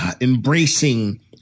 embracing